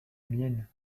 mienne